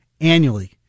annually